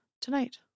tonight